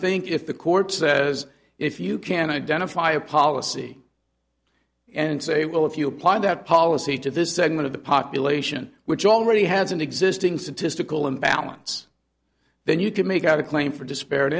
think if the court says if you can identify a policy and say well if you apply that policy to this segment of the population which already has an existing statistical imbalance then you could make out a claim for dispar